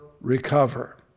recover